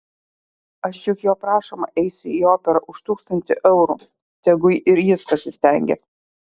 aš juk jo prašoma eisiu į operą už tūkstantį eurų tegu ir jis pasistengia